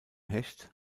hecht